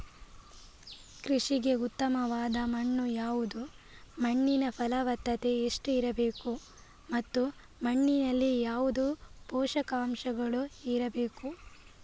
ಕೃಷಿಗೆ ಉತ್ತಮವಾದ ಮಣ್ಣು ಯಾವುದು, ಮಣ್ಣಿನ ಫಲವತ್ತತೆ ಎಷ್ಟು ಇರಬೇಕು ಮತ್ತು ಮಣ್ಣಿನಲ್ಲಿ ಯಾವುದು ಪೋಷಕಾಂಶಗಳು ಇರಬೇಕು?